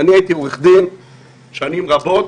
אני הייתי עורך דין שנים רבות